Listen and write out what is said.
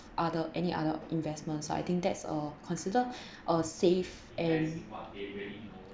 other any other investments so I think that's uh considered a safe and